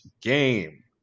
Game